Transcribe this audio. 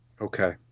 Okay